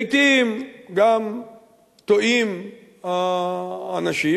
לעתים גם טועים האנשים,